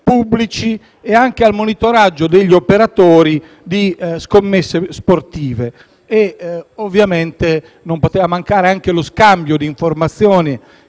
pubblici e anche al monitoraggio degli operatori di scommesse sportive. Ovviamente non poteva mancare lo scambio di informazioni